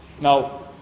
now